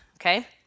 okay